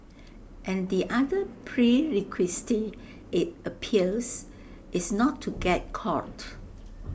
and the other prerequisite IT appears is not to get caught